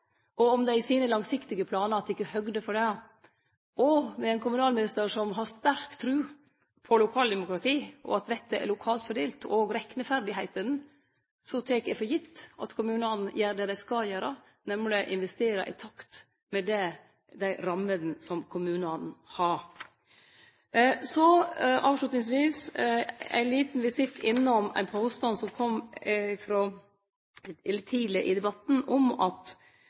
og om dei i sine langsiktige planar tek høgd for det. Som ein kommunalminister som har sterk tru på lokaldemokratiet og på at vettet, og rekneferdigheitene, er lokalt fordelt, tek eg det for gitt at kommunane gjer det dei skal gjere, nemleg å investere i takt med dei rammene som kommunane har. Avslutningsvis ein liten visitt innom ein påstand som kom tidleg i debatten, om at